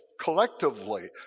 Collectively